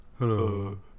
Hello